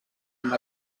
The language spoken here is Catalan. amb